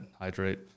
hydrate